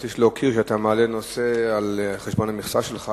יש להוקיר שאתה מעלה נושא על-חשבון המכסה שלך,